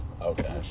Okay